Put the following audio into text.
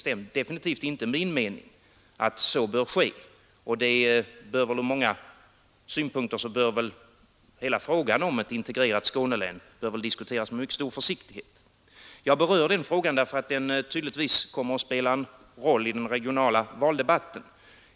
Ur många synpunkter bör hela frågan om ett integrerat Skånelän diskuteras med mycket stor försiktighet. Jag berör frågan därför att den tydligtvis kommer att spela en roll i den regionala valdebatten.